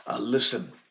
Listen